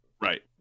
Right